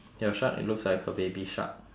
your shark it looks like a baby shark